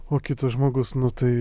o kitas žmogus nu tai